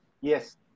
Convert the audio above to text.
Yes